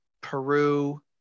Peru